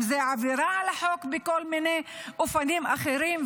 אם זה עבירה על החוק בכל מיני אופנים אחרים.